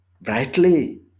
Brightly